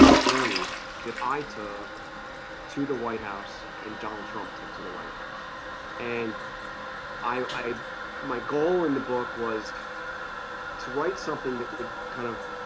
ah journey that i to the white house and donald trump took to the white house and i my goal in the book was to write something that would kind of